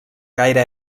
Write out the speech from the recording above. gaire